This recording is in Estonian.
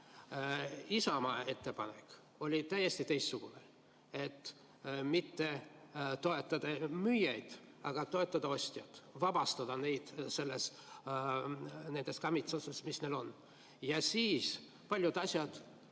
Isamaa ettepanek oli täiesti teistsugune: mitte toetada müüjaid, vaid toetada ostjaid, vabastada neid nendest kammitsatest, mis neil on. Siis paljud asjad